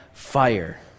Fire